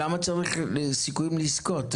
למה צריך סיכויים לזכות?